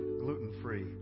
gluten-free